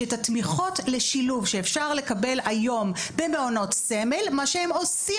שאת התמיכות לשילוב שאפשר לקבל היום במעונות סמל מה שהם עושים,